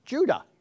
Judah